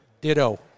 ditto